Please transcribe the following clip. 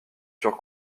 sur